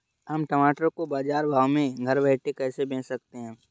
हम टमाटर को बाजार भाव में घर बैठे कैसे बेच सकते हैं?